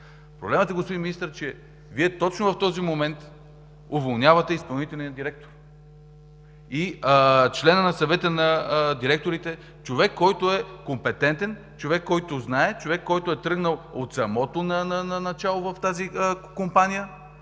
Проблемът е, че Вие точно в този момент уволнявате изпълнителния директор и члена на Съвета на директорите. Човек, който е компетентен; човек, който знае; който е тръгнал от самото начало в тази Компания.